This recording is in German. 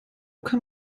kann